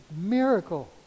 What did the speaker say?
miracle